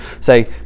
say